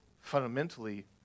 Fundamentally